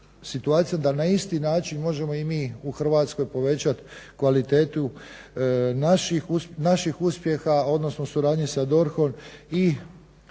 da na isti način možemo i mi u Hrvatskoj povećati kvalitetu naših uspjeha odnosno suradnje sa DORH-om i realizacijom